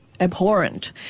Abhorrent